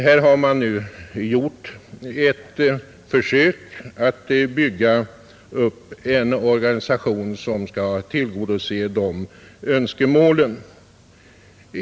Här gör man nu ett försök att bygga upp en organisation som skall tillgodose de önskemålen.